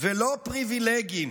ולא פריבילגים,